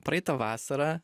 praeitą vasarą